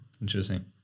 Interesting